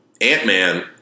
Ant-Man